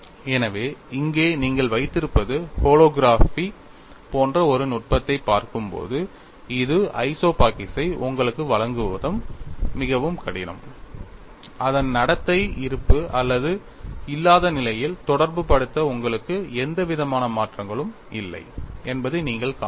எனவே இங்கே நீங்கள் வைத்திருப்பது ஹாலோகிராபி போன்ற ஒரு நுட்பத்தைப் பார்க்கும்போது இது ஐசோபாச்சிக்ஸை உங்களுக்கு வழங்குவதும் மிகவும் கடினம் அதன் நடத்தை இருப்பு அல்லது இல்லாத நிலையில் தொடர்புபடுத்த உங்களுக்கு எந்தவிதமான மாற்றங்களும் இல்லை என்பதை நீங்கள் காணலாம்